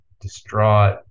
distraught